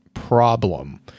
problem